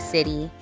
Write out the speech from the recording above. City